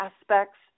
aspects